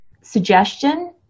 suggestion